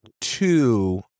two